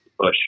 push